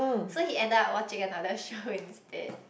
so he ended up watching another show instead